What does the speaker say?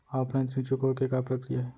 Offline ऋण चुकोय के का प्रक्रिया हे?